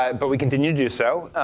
um but we continue do so.